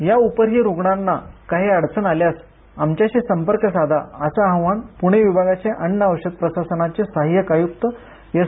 या उपरही रुग्णांना काही अडचण आल्यास आमच्याशी संपर्क साधा असं आवाहन पुणे विभागाचे अन्न् आणि औषध प्रशासनाचे सहायक आयुक्त एस